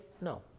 No